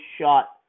shot